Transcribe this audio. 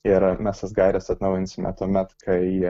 ir mes tas gaires atnaujinsime tuomet kai